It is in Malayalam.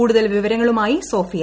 കൂടുതൽ വിവരങ്ങളുമായി സോഫിയ